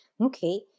Okay